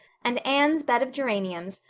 and anne's bed of geraniums,